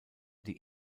die